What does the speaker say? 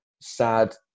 sad